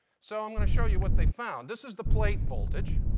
so i'm going to show you what they found. this is the planck voltage,